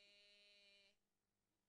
באמת הכול בסדר.